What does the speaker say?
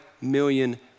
million